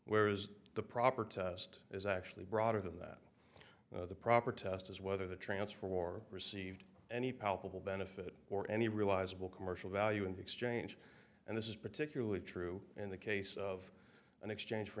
where is the proper test is actually broader than that the proper test is whether the transfer wore received any palpable benefit or any realizable commercial value in exchange and this is particularly true in the case of an exchange for